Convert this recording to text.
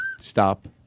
stop